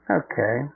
okay